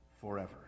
forever